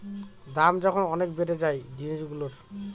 দাম যখন অনেক বেড়ে যায় জিনিসগুলোর